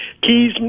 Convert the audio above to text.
keys